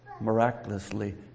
Miraculously